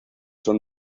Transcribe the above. son